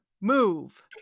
move